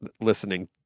listening